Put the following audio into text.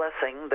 blessing